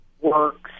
works